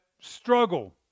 struggle